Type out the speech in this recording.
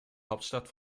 hauptstadt